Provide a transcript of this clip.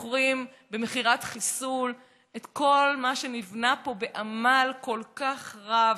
ומוכרים במכירת חיסול את כל מה שנבנה פה בעמל כל כך רב,